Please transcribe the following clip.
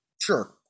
Sure